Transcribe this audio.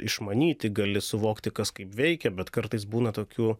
išmanyti gali suvokti kas kaip veikia bet kartais būna tokių